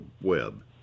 web